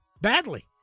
badly